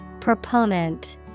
Proponent